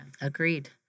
Agreed